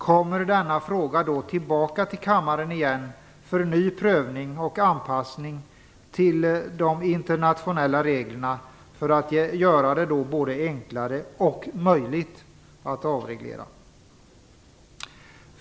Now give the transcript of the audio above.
Kommer denna fråga då tillbaka till kammaren igen för ny prövning och anpassning till de internationella reglerna för att göra det både enklare och möjligt att avreglera?